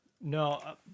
No